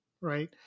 right